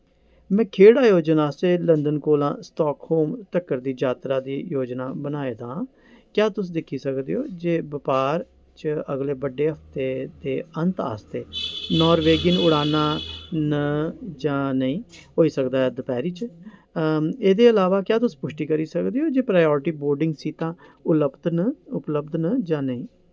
में खेढ आयोजन आस्तै लंदन कोला स्टाकहोम तक्कर दी जातरा दी योजना बनाई दा आं क्या तुस दिक्खी सकदे ओ जे बपार च अगले बड्डे हफ्ते दे अंत आस्तै नार्वेजियन उड़ानां न जां नेईं होई सकदा ऐ दपैह्रीं च एह्दे अलावा क्या तुस पुश्टी करी सकदे ओ जे प्रायोरिटी बोर्डिंग सीटां उपलब्ध न जां नेईं